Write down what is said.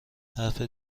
حرف